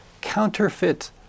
counterfeit